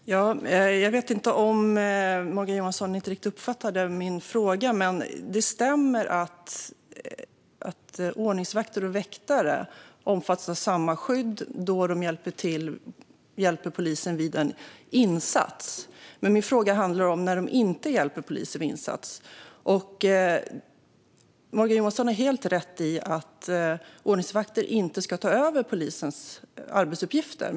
Fru talman! Jag vet inte om Morgan Johansson uppfattade min fråga riktigt. Det stämmer att ordningsvakter och väktare omfattas av samma skydd då de hjälper polisen vid en insats. Men min fråga handlar om när de inte hjälper polisen vid en insats. Morgan Johansson har helt rätt i att ordningsvakter inte ska ta över polisens arbetsuppgifter.